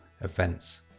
events